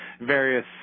various